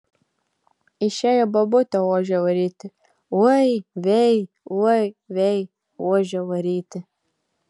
išėjo bobutė ožio varyti oi vei oi vei ožio varyti